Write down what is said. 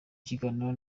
kiganiro